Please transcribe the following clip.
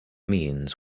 means